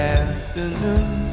afternoon